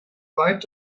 weit